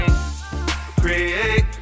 Create